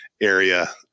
area